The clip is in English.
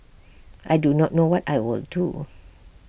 I do not know what I will do